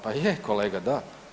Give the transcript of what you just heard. Pa je kolega da.